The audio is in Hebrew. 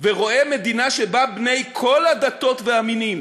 ורואה מדינה שבה בני כל הדתות והמינים